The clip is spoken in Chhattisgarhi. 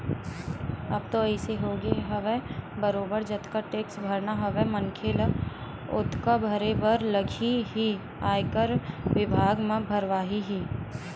अब तो अइसे होगे हवय बरोबर जतका टेक्स भरना हवय मनखे ल ओतका भरे बर लगही ही आयकर बिभाग ह भरवाही ही